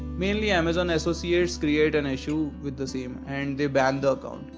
mainly amazon associates create an issue with the same and they ban the account.